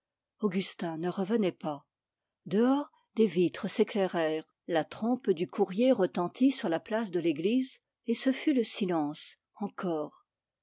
augustin ne revenait pas des vitres s'éclairent la trompe du courrier retentit sur la place de l'église et ce fut le silence encore